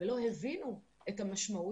ואם יתקיימו האישורים,